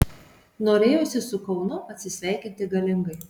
norėjosi su kaunu atsisveikinti galingai